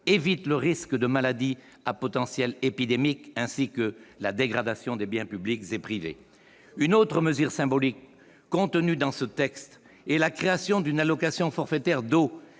évitent le risque de maladies à potentiel épidémique, ainsi que la dégradation des biens publics et privés. Une autre mesure symbolique contenue dans ce texte est la création d'une allocation forfaitaire d'eau,